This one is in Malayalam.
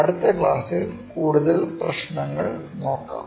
അടുത്ത ക്ലാസിൽ കൂടുതൽ പ്രശ്നങ്ങൾ നോക്കാം